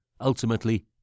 ultimately